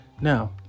Now